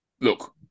Look